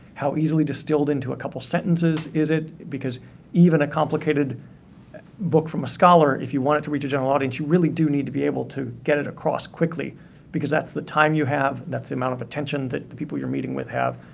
how easily distilled into a couple sentences is it because even a complicated book from a scholar, if you want it to reach a general audience, you really do need to be able to get it across quickly because that's the time you have, that's amount of attention that the people you're meeting with have.